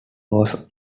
was